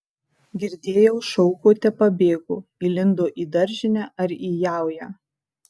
girdėjau šaukote pabėgo įlindo į daržinę ar į jaują